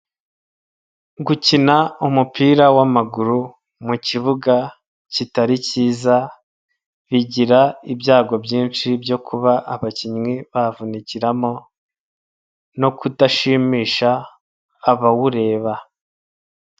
Gukina umupira w'amaguru mu kibuga kitari kiza bigira ibyago byinshi byo kuba abakinnyi bavunikiramo, no kudashimisha abawureba.